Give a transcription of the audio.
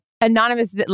Anonymous